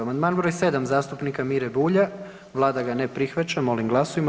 Amandman broj 7. zastupnika Mire Bulja, Vlada ga ne prihvaća, molim glasujmo.